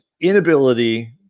inability